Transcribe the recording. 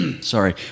Sorry